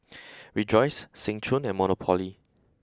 Rejoice Seng Choon and Monopoly